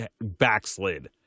backslid